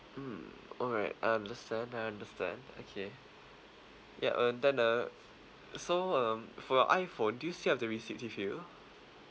mm alright I understand I understand okay yup uh then uh so um for your iphone do you still have the receipt with you